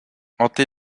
hanter